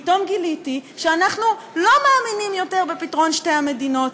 פתאום גיליתי שאנחנו לא מאמינים יותר בפתרון שתי המדינות.